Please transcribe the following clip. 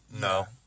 No